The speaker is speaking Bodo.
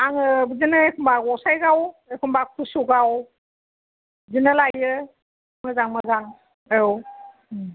आङो बिदिनो एखमबा गसायगाव एखमबा कसुगाव बिदिना लाइयो मोजां मोजां औ